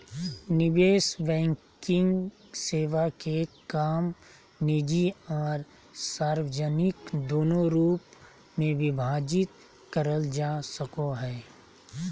निवेश बैंकिंग सेवा के काम निजी आर सार्वजनिक दोनों रूप मे विभाजित करल जा सको हय